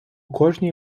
кожній